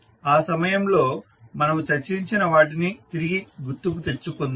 ఆ సమయంలో మనము చర్చించిన వాటిని తిరిగి గుర్తుకు తెచ్చుకుందాం